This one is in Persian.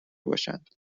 باشند